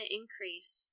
increase